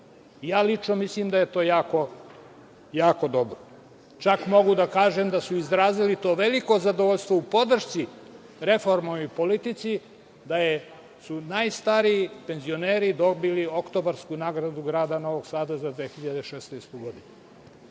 Ja lično mislim da je to jako dobro. Čak mogu da kažem da su izrazili to veliko zadovoljstvo u podršci reformskoj politici, da su najstariji penzioneri dobili Oktobarsku nagradu grada Novog Sada za 2016. godinu.